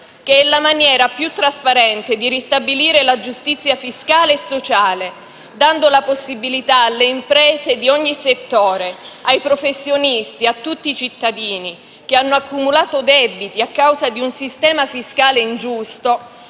che è la maniera più trasparente di ristabilire la giustizia fiscale e sociale, dando la possibilità alle imprese di ogni settore, ai professionisti, a tutti i cittadini che hanno accumulato debiti a causa di un sistema fiscale ingiusto,